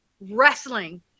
wrestling